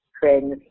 friends